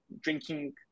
drinking